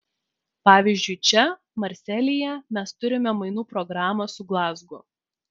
pavyzdžiui čia marselyje mes turime mainų programą su glazgu